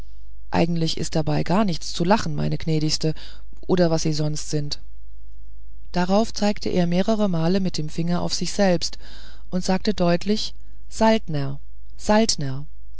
eigentlich ist dabei gar nichts zu lachen meine gnädige oder was sie sonst sind darauf zeigte er mehrere male mit dem finger auf sich selbst und sagte deutlich saltner saltner